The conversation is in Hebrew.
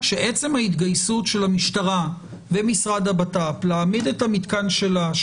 שעצם ההתגייסות של המשטרה ומשרד הבט"פ להעמיד את המתקן שלה,